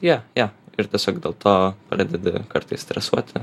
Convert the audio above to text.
jo jo ir tiesiog dėl to pradedi kartais stresuoti